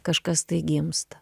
kažkas tai gimsta